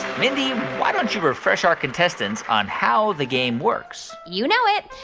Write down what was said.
mindy, why don't you refresh our contestants on how the game works? you know it.